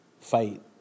fight